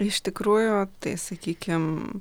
iš tikrųjų tai sakykim